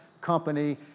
Company